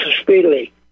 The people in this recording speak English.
speedily